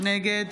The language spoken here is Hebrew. נגד